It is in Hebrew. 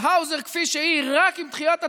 האוזר כפי שהיא רק עם תחילת התקציב,